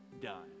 done